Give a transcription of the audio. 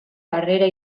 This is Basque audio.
harrera